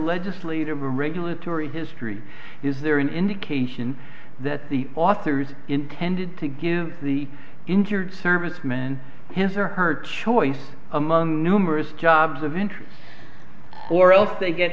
legislative or regulatory history is there an indication that the authors intended to give the injured servicemen his or her choice among numerous jobs of interest or else they get